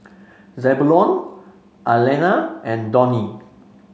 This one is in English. Zebulon Alanna and Donnie